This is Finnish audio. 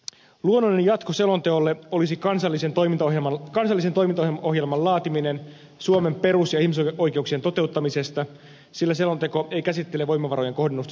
luonnollinen jatko selonteolle olisi kansallisen toimintaohjelman laatiminen suomen perus ja ihmisoikeuksien toteuttamisesta sillä selonteko ei käsittele voimavarojen kohdennusta suomen ihmisoikeuspolitiikkaan